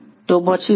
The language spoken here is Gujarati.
તો પછી શું